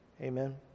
Amen